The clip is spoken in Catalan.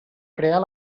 crear